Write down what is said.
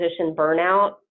burnout